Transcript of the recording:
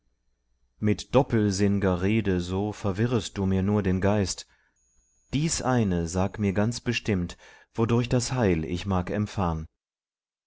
mit doppelsinn'ger rede so verwirrest du mir nur den geist dies eine sag mir ganz bestimmt wodurch das heil ich mag empfahn